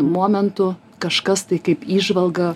momentu kažkas tai kaip įžvalga